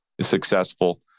successful